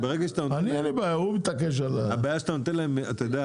הבעיה שאתה נותן להם משהו,